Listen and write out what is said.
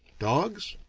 dogs?